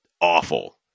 awful